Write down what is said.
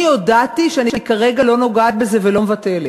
אני הודעתי שאני כרגע לא נוגעת בזה ולא מבטלת.